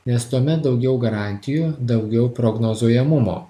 nes tuomet daugiau garantijų daugiau prognozuojamumo